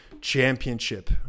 championship